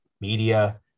media